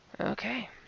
Okay